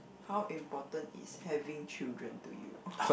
how important is having children to you